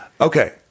Okay